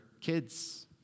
kids